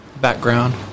Background